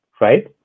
right